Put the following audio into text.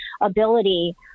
ability